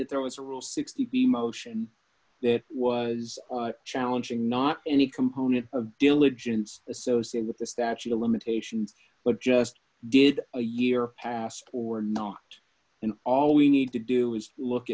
that there was a rule sixty p motion that was challenging not any component of diligence associated with the statute of limitations but just did a year pass or not and all we need to do is look